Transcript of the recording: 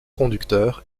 conducteur